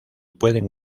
pueden